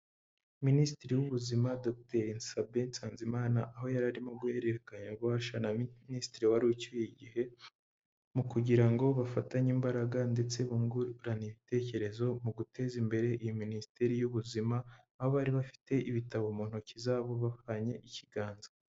Minisitiri w'ubuzima Dogiteri Sabin Nsanzimana aho yari arimo guhererekanya gusha na minisitiri wari ucyuye igihe mu kugira ngo bafatanye imbaraga ndetse bungurane ibitekerezo mu guteza imbere iyi minisiteri y'ubuzima, aho bari bafite ibitabo mu ntoki zabo bahanye ikiganza.